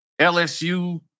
LSU